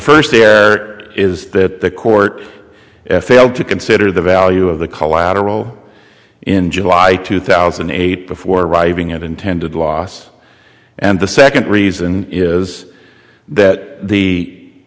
first there is that the court failed to consider the value of the collateral in july two thousand and eight before arriving at intended loss and the second reason is that the